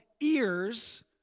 ears